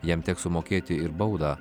jam teks sumokėti ir baudą